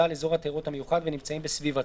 על אזור התיירות המיוחד ונמצאים בסביבתו,